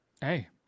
Hey